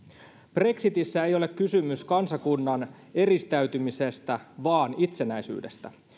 brexitissä ei ole kysymys kansakunnan eristäytymisestä vaan itsenäisyydestä